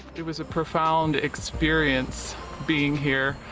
it was a profound experience being here.